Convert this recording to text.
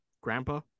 grandpa